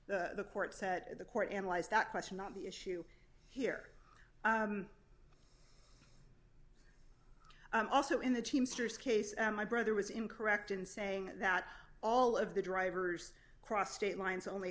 and the court said the court analyzed that question not the issue here also in the teamsters case and my brother was incorrect in saying that all of the drivers cross state lines only